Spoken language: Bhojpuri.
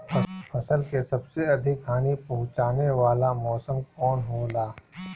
फसल के सबसे अधिक हानि पहुंचाने वाला मौसम कौन हो ला?